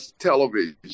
television